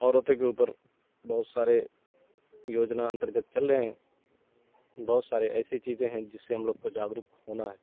عورتوں کے اوپر بہت سارے یوجنا انترگت چل رہے ہیں بہت سارے ایسی چیزیں ہیں جس سے ہم لوگ کو جاگرک ہونا ہے